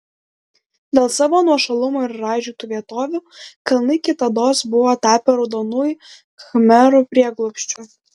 dėl savo nuošalumo ir raižytų vietovių kalnai kitados buvo tapę raudonųjų khmerų prieglobsčiu